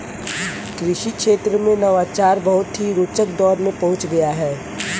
कृषि क्षेत्र में नवाचार बहुत ही रोचक दौर में पहुंच गया है